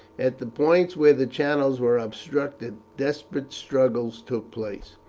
at the points where the channels were obstructed desperate struggles took place.